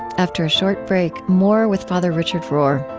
after a short break, more with father richard rohr.